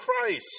Christ